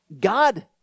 god